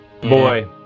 Boy